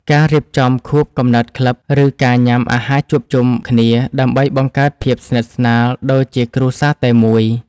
ការរៀបចំខួបកំណើតក្លឹប ឬការញ៉ាំអាហារជួបជុំគ្នា ដើម្បីបង្កើតភាពស្និទ្ធស្នាលដូចជាគ្រួសារតែមួយ។